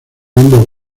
ambos